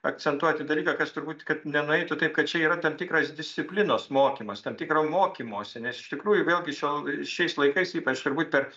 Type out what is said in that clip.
akcentuoti dalyką kas turbūt kad nenueitų taip kad čia yra tam tikras disciplinos mokymas tam tikro mokymosi nes iš tikrųjų vėlgi šiol šiais laikais ypač svarbu per